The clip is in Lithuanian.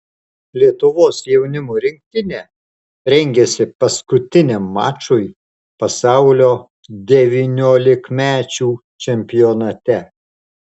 lietuvos jaunimo rinktinė rengiasi paskutiniam mačui pasaulio devyniolikmečių čempionate